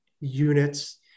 units